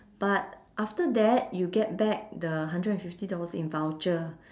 but after that you get back the hundred and fifty dollars in voucher